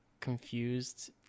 confused